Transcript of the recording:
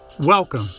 Welcome